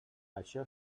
això